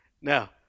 Now